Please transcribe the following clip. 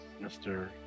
Mr